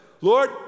Lord